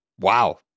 Wow